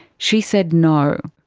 she said no.